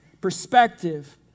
perspective